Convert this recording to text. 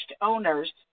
owners